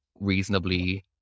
reasonably